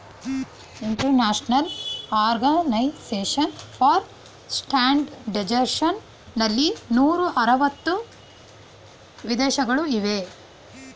international organization for standardization ನಲ್ಲಿ ನೂರ ಅರವತ್ತು ವಿದೇಶಗಳು ಇವೆ